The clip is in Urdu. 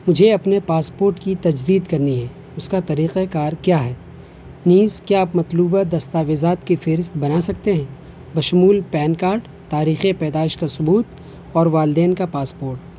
مجھے اپنے پاسپورٹ کی تجدید کرنی ہے اس کا طریقۂ کار کیا ہے نیز کیا آپ مطلوبہ دستاویزات کی فہرست بنا سکتے ہیں بشمول پین کارڈ تاریخ پیدائش کا ثبوت اور والدین کا پاسپورٹ